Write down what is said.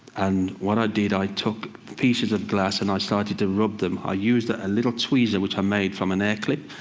and what i did, i took pieces of glass. and i started to rub them. i used a little tweezer which i made from and a hair clip.